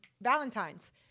Valentine's